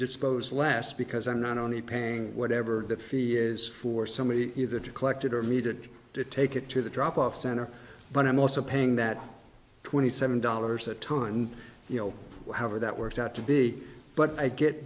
dispose less because i'm not only paying whatever the fee is for somebody either to collect it or metered to take it to the drop off center but i'm also paying that twenty seven dollars a tonne you know however that works out to be but i get